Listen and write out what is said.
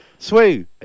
Swoo